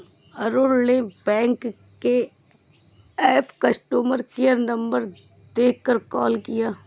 अरुण ने बैंक के app customer care number देखकर कॉल किया